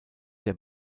der